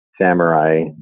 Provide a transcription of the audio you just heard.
samurai